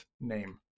name